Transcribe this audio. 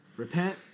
repent